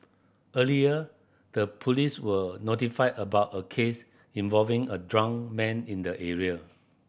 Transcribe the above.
earlier the police were notified about a case involving a drunk man in the area